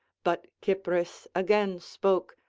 but cypris again spoke,